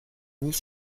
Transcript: nient